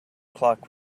clock